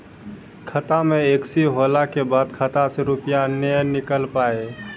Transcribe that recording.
खाता मे एकशी होला के बाद खाता से रुपिया ने निकल पाए?